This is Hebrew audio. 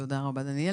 תודה רבה, דניאל.